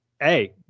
hey